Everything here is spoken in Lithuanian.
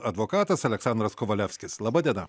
advokatas aleksandras kovalevskis laba diena